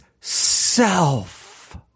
self